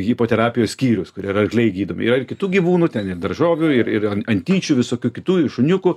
hipoterapijos skyrius kur ir arkliai gydomi yra ir kitų gyvūnų ten ir daržovių ir ir antyčių visokių kitų šuniukų